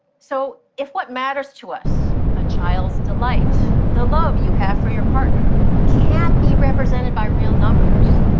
so if what matters to us a child's delight, the love you have for your partner can't be represented by real numbers,